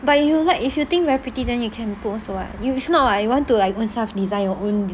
but you like if you think very pretty then you can put also [what] if not like you want to own self design your own tattoo